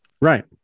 right